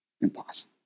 Impossible